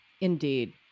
Indeed